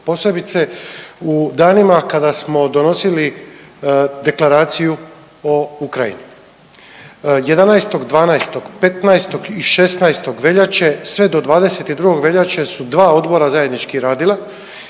posebice u danima kada smo donosili Deklaraciju o Ukrajini, 11. i 12., 15. i 16. veljače sve do 22. veljače su dva odbora zajednički radila,